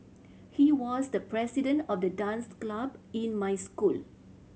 he was the president of the dance club in my school